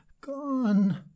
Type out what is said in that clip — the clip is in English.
gone